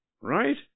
Right